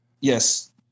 yes